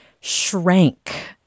shrank